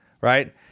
right